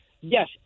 yes